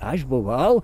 aš buvau